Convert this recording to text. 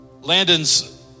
Landon's